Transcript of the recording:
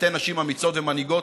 אתן נשים אמיצות ומנהיגות.